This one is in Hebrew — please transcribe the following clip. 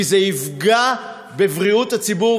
כי זה יפגע בבריאות הציבור,